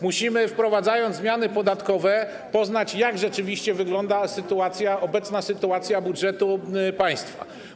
Musimy wprowadzając zmiany podatkowe, poznać, jak rzeczywiście wygląda obecna sytuacja budżetu państwa.